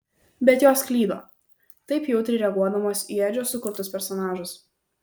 bet jos klydo taip jautriai reaguodamos į edžio sukurtus personažus